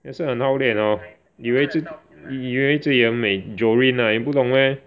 也是很 haolian orh 以为自以为自己很美 Joreen ah 你不懂 meh